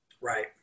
Right